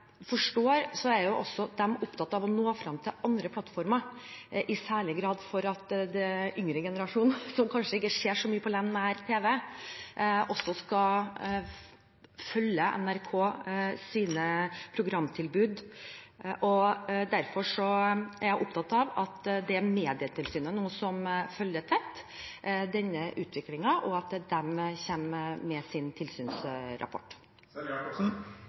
forstår det, er også de opptatt av å nå frem til andre plattformer, særlig for at den yngre generasjonen, som kanskje ikke ser så mye på nær-TV, også skal følge NRKs programtilbud. Derfor er jeg opptatt av at det er Medietilsynet som nå følger utviklingen tett og kommer med sin tilsynsrapport.